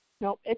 Nope